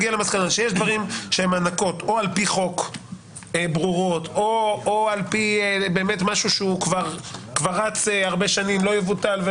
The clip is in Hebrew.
שהם הענקות לפי חוק או משהו שרץ כבר הרבה שנים ולא יבוטל,